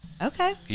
okay